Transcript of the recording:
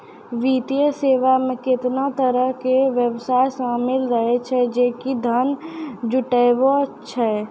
वित्तीय सेवा मे केतना तरहो के व्यवसाय शामिल रहै छै जे कि धन जुटाबै छै